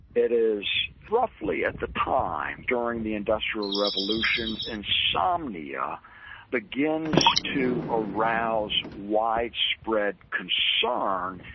it is roughly at the time during the industrial revolution insomnia begins to arouse widespread concern,